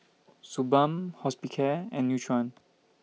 Suu Balm Hospicare and Nutren